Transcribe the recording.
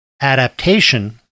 adaptation